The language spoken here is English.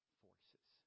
forces